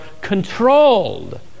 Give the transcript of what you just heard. controlled